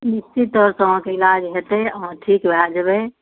निश्चित तौर सॅं अहाॅंके इलाज हेतै अहाँ ठीक भय जेबै